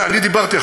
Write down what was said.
אני דיברתי,